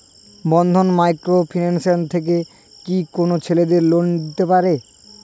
বন্ধন micro finance থেকে কি কোন ছেলেদের লোন দিতে পারে?